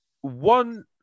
one